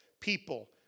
people